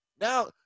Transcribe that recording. Now